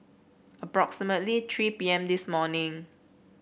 approximately three P M this morning